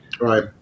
right